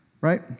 right